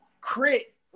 Crit